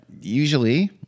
usually